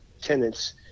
tenants